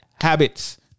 habits